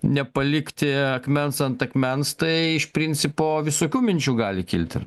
nepalikti akmens ant akmens tai iš principo visokių minčių gali kilti